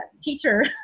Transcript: teacher